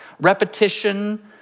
repetition